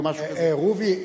רובי,